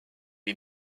est